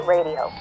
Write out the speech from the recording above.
Radio